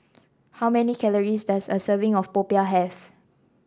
how many calories does a serving of popiah have